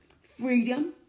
freedom